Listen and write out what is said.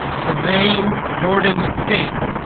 tremayne jordan king